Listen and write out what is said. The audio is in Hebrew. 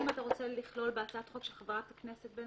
השאלה אם אתה רוצה לכלול בהצעת החוק של חברת הכנסת בן